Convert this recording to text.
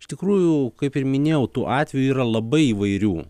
iš tikrųjų kaip ir minėjau tų atvejų yra labai įvairių